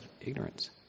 ignorance